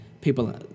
people